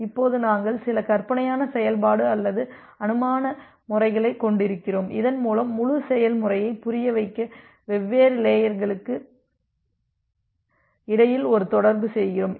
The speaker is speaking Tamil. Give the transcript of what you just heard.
இப்போது நாங்கள் சில கற்பனையான செயல்பாடு அல்லது அனுமான முறைகளைக் கொண்டிருக்கிறோம் இதன் மூலம் முழு செயல்முறையை புரியவைக்க வெவ்வேறு லேயர்களுக்கு இடையில் ஒரு தொடர்பு செய்கிறோம்